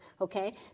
okay